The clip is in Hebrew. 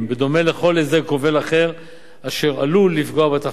בדומה לכל הסדר כובל אחר אשר עלול לפגוע בתחרות.